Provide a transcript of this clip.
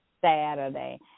Saturday